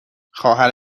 خواهر